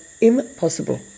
impossible